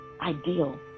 ideal